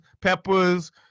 peppers